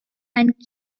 and